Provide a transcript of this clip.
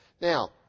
Now